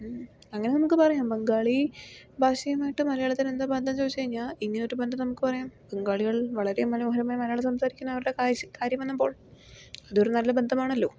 അങ്ങനെ നമുക്ക് പറയാം ബംഗാളി ഭാഷയുമായിട്ട് മലയാളത്തിന് എന്താ ബന്ധം ചോദിച്ച് കഴിഞ്ഞാൽ ഇങ്ങനെ ഒരു ബന്ധം നമുക്ക് പറയാം ബംഗാളികൾ വളരെ മനോഹരമായ് മലയാളം സംസാരിക്കുന്നവരുടെ കാശ് കാര്യം വന്നപ്പോൾ അതൊരു നല്ല ബന്ധമാണല്ലോ